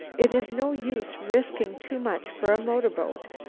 it is no use risking too much for a motorboat.